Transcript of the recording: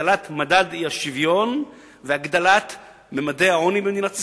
הגדלת מדד האי-שוויון והגדלת ממדי העוני במדינת ישראל,